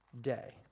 day